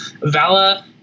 Vala